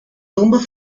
tumbas